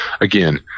again